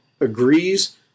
agrees